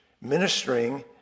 ministering